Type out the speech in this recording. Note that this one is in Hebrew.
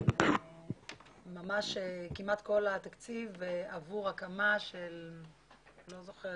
ממש כמעט כל התקציב עבור הקמה של אולי